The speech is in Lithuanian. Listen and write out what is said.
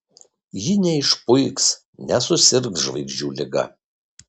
ji neišpuiks nesusirgs žvaigždžių liga